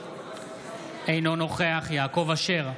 אינו נוכח יעקב אשר,